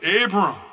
Abram